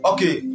Okay